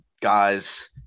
guys